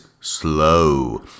slow